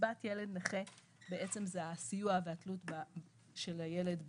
קצבת ילד נכה זה בעצם הסיוע והתלות של הילד בזולת.